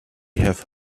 have